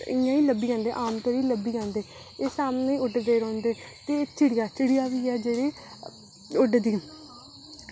इं'या लब्भी जंदे आम ई लब्भी जंदे एह् सामनै उड्डदे रौंहदे ते एह् चिड़ियां बी ऐ जेह्ड़ी उडदी